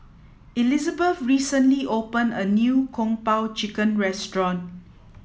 Elizabeth recently opened a new Kung Po Chicken Restaurant